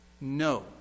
No